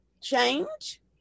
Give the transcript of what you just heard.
change